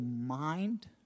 mind